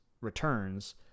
Returns